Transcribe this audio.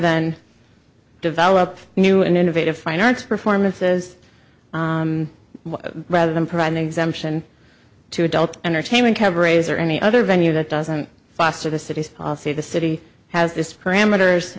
than develop new and innovative fine arts performances rather than provide an exemption to adult entertainment cabarets or any other venue that doesn't foster the city's i'll say the city has this parameters